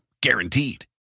Guaranteed